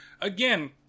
Again